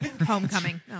homecoming